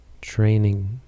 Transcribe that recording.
training